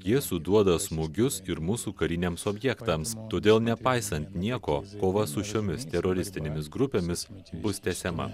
jie suduoda smūgius ir mūsų kariniams objektams todėl nepaisant nieko kova su šiomis teroristinėmis grupėmis bus tęsiama